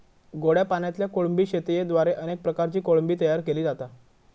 गोड्या पाणयातल्या कोळंबी शेतयेद्वारे अनेक प्रकारची कोळंबी तयार केली जाता